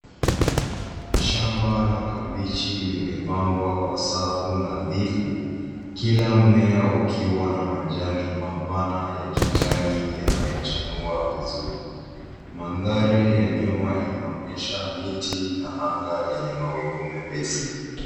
Shamba la kabichi limepangwa kwa safu nadhifu, kila mmea ukiwa na majani mapana ya kijani yanayochanua vizuri. Mandhari ya nyuma inaonyesha miti na anga lenye mawingu mepesi.